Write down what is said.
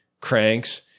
cranks